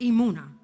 Imuna